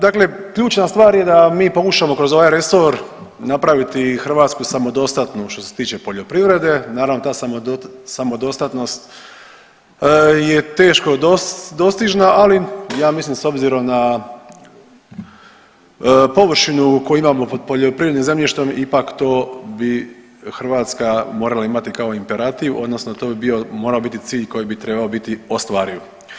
Dakle, ključna stvar je da mi pokušamo kroz ovaj resor napraviti Hrvatsku samodostatnu što se tiče poljoprivrede, naravno ta samodostatnost je teško dostižna, ali ja mislim s obzirom na površinu koju imamo pod poljoprivrednim zemljištem ipak to bi Hrvatska morala imati kao imperativ odnosno to bi bio, morao biti cilj koji bi trebao biti ostvariv.